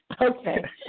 Okay